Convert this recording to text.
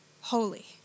holy